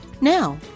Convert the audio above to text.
Now